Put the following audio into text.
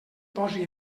posi